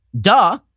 Duh